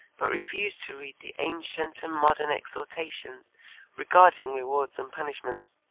but refuse to read the ancient and modern exhortations regarding rewards and punishments